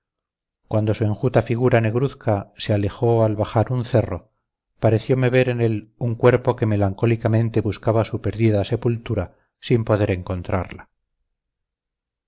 cuando su enjuta figura negruzca se alejó al bajar un cerro pareciome ver en él un cuerpo que melancólicamente buscaba su perdida sepultura sin poder encontrarla